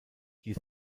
die